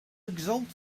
exultant